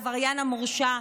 העבריין המורשע,